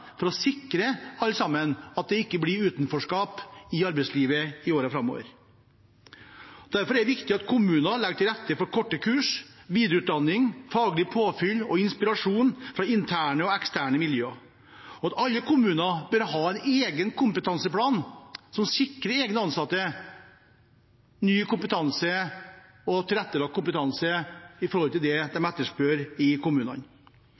for å sikre alle sammen, slik at det ikke blir utenforskap i arbeidslivet i årene framover. Derfor er det viktig at kommunene legger til rette for korte kurs, videreutdanning, faglig påfyll og inspirasjon fra interne og eksterne miljøer. Alle kommuner bør ha en egen kompetanseplan som sikrer egne ansatte ny kompetanse og tilrettelagt kompetanse i forhold til det de etterspør i kommunene.